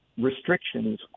restrictions